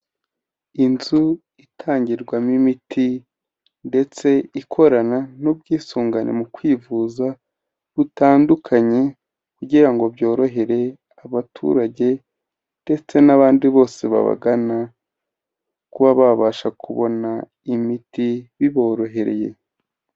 Inzu itangirwamo imiti ndetse ikorana n'ubwisungane mu kwivuza, gutandukanye kugira ngo byorohere abaturage ndetse n'abandi bose babagana, kuba babasha kubona imiti biborohereye.